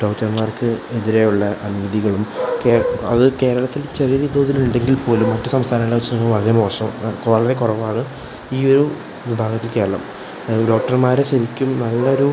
ഡോക്ടർമാർക്ക് എതിരെയുള്ള അനീതികളും കേരളം അത് കേരളത്തിൽ ചെറിയ തോതിൽ ഉണ്ടെങ്കിൽ പോലും മറ്റ് സംസ്ഥാനങ്ങളെ വച്ച് നോക്കുമ്പോൾ വളരെ മോശം ആ വളരെ കുറവാണ് ഈ ഒരു വിഭാഗത്തിൽ കേരളം ഡോക്ടർമാർ ശരിക്കും നല്ല ഒരു